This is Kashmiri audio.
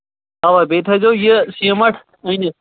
اَوا بیٚیہِ تھٲیزیو یہِ سیٖمَٹھ أنِتھ